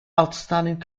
outstanding